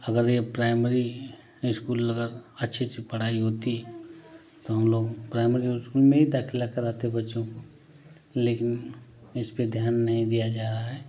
अगर ये primary school अगर अच्छी अच्छी पढ़ाई होती तो हम लोग प्राइमरी इस्कूल में ही दाखिला कराते बच्चों का लेकिन इस पे ध्यान नहीं दिया जा रहा है